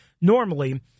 normally